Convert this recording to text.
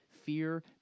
Fear